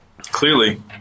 Clearly